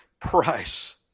price